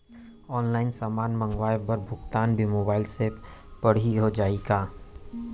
Online समान मंगवाय बर भुगतान भी मोबाइल से पड़ही हो जाही का?